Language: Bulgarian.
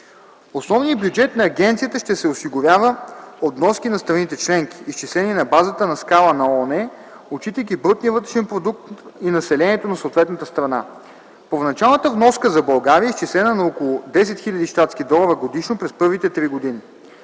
Основният бюджет на агенцията ще се осигурява от вноски на страните членки, изчислени на базата на скала на ООН, отчитайки брутния вътрешен продукт и населението на съответната страна. Първоначалната вноска за България е изчислена на около 10 хил. щатски долара годишно през първите три години.